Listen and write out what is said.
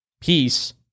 peace